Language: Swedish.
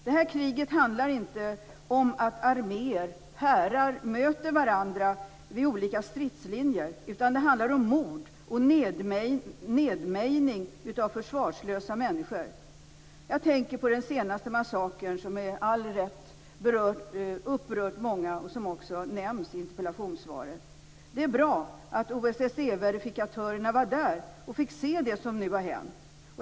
Det här kriget handlar inte om att arméer/härar möter varandra vid olika stridslinjer, utan det handlar om mord och nedmejning av försvarslösa människor. Jag tänker på den senaste massakern som med all rätt upprört många och som också omnämns i interpellationssvaret. Det är bra att OSSE-verifikatörerna var där och fick se det som nu har hänt.